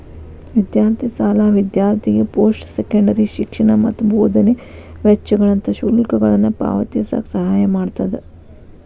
ವಿದ್ಯಾರ್ಥಿ ಸಾಲ ವಿದ್ಯಾರ್ಥಿಗೆ ಪೋಸ್ಟ್ ಸೆಕೆಂಡರಿ ಶಿಕ್ಷಣ ಮತ್ತ ಬೋಧನೆ ವೆಚ್ಚಗಳಂತ ಶುಲ್ಕಗಳನ್ನ ಪಾವತಿಸಕ ಸಹಾಯ ಮಾಡ್ತದ